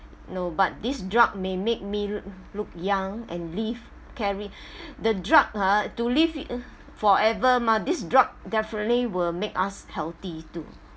no but this drug may make me look young and live carry the drug ha to live forever mah this drug definitely will make us healthy too